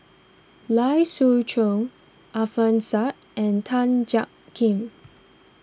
Lai Siu Chiu Alfian Sa'At and Tan Jiak Kim